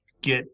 get